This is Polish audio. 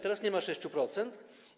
Teraz nie ma 6%.